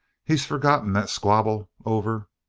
he's forgotten that squabble over